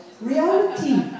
Reality